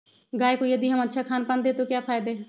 गाय को यदि हम अच्छा खानपान दें तो क्या फायदे हैं?